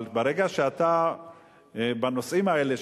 אבל ברגע שאתה בנושאים האלה,